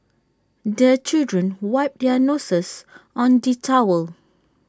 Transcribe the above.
the children wipe their noses on the towel